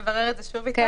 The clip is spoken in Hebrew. נברר את זה שוב איתם.